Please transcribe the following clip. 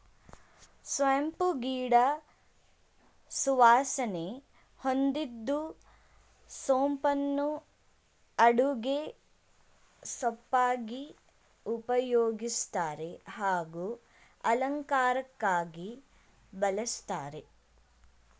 ಸೋಂಪು ಗಿಡ ಸುವಾಸನೆ ಹೊಂದಿದ್ದು ಸೋಂಪನ್ನು ಅಡುಗೆ ಸೊಪ್ಪಾಗಿ ಉಪಯೋಗಿಸ್ತಾರೆ ಹಾಗೂ ಅಲಂಕಾರಕ್ಕಾಗಿ ಬಳಸ್ತಾರೆ